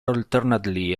alternately